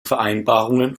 vereinbarungen